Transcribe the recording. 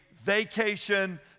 vacation